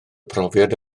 profiad